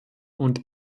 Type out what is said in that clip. und